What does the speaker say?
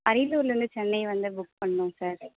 அரியலூர்லேருந்து சென்னை வந்து புக் பண்ணணும் சார்